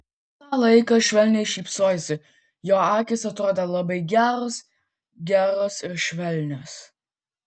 visą laiką švelniai šypsojosi jo akys atrodė labai geros geros ir švelnios